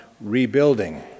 Rebuilding